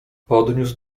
podniósł